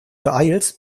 beeilst